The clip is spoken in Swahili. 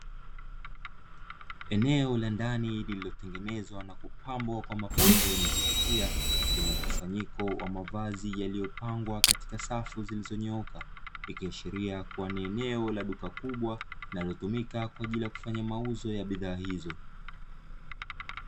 Eneo la ndani lililotengenezwa na mapambo ya kuvutia lina mkusanyiko wa mavazi yaliyopangwa katika safu zilizonyooka, ikiashiria kuwa ni eneo la duka kubwa linalotumika kwa ajili ya kufanya mauzo ya bidhaa hizo.